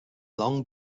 long